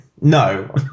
No